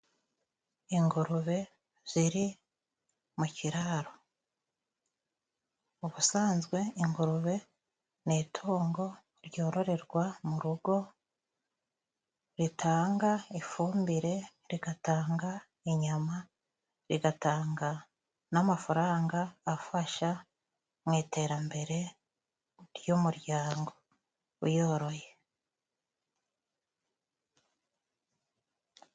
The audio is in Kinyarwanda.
Ingurube ziri mu kiraro. Ubusanzwe ingurube ni itungo ryororerwa mu rugo ritanga ifumbire, rigatanga inyama, rigatanga n'amafaranga afasha mu iterambere ry'umuryango uyoroye.